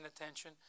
attention